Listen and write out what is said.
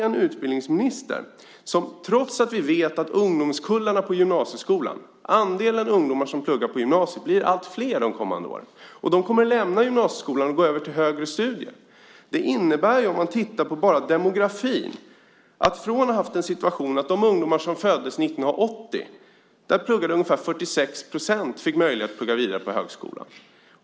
Vi vet att andelen ungdomar som pluggar på gymnasiet blir alltfler de kommande åren. De kommer att lämna gymnasieskolan och gå över till högre studier. Vi kan titta på demografin. Vi ser att ungefär 46 % av de ungdomar som föddes 1980 fick möjlighet att plugga vidare på högskolan.